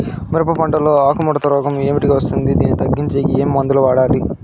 మిరప పంట లో ఆకు ముడత రోగం ఏమిటికి వస్తుంది, దీన్ని తగ్గించేకి ఏమి మందులు వాడాలి?